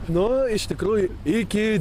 nu iš tikrųjų iki